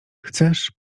chcesz